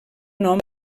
nom